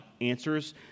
answers